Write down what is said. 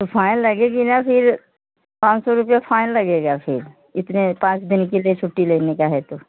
तो फ़ाइन लगेगी ना फिर पाँच सौ रुपये फ़ाइन लगेगा फिर इतने पाँच दिन के लिए छुट्टी लेने का है तो